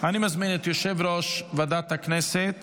תודה רבה, מזכירות הכנסת.